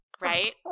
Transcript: Right